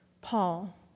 Paul